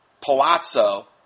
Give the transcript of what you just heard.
palazzo